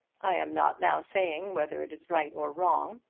i am not now saying whether it is right or wrong.